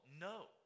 No